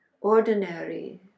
ordinary